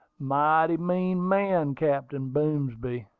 mighty mean man, captain boomsby.